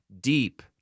deep